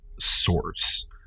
source